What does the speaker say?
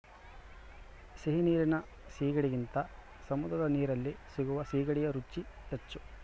ಸಿಹಿ ನೀರಿನ ಸೀಗಡಿಗಿಂತ ಸಮುದ್ರದ ನೀರಲ್ಲಿ ಸಿಗುವ ಸೀಗಡಿಯ ರುಚಿ ಹೆಚ್ಚು